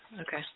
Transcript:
Okay